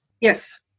Yes